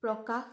প্ৰকাশ